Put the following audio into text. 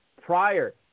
prior